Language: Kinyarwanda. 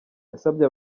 yasabye